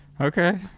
okay